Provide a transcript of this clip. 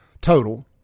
total